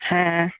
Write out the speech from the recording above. হ্যাঁ